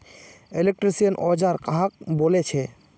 Electrician औजार कहाक बोले छे?